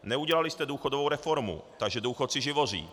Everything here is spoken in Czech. Neudělali jste důchodovou reformu, takže důchodci živoří.